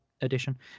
edition